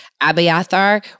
Abiathar